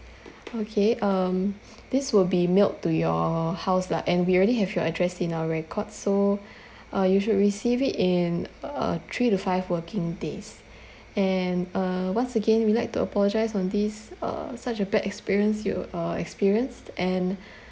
okay um this will be mailed to your house lah and we already have your address in our record so uh you should receive it in uh three to five working days and uh once again we like to apologise on this uh such a bad experience you uh experienced and